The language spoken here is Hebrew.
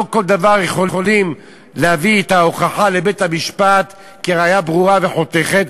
לא בכל דבר יכולים להביא את ההוכחה לבית-המשפט כראיה ברורה וחותכת,